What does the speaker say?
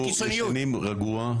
אנחנו ישנים רגוע,